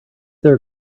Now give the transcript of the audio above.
their